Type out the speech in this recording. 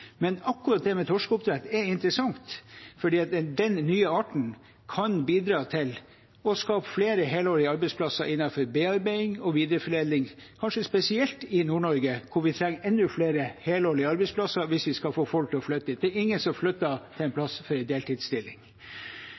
Akkurat det med torskeoppdrett er interessant fordi den nye arten kan bidra til å skape flere helårige arbeidsplasser innenfor bearbeiding og videreforedling, kanskje spesielt i Nord-Norge, hvor vi trenger enda flere helårige arbeidsplasser hvis vi skal få folk til å flytte dit. Det er ingen som flytter til en plass for en deltidsstilling.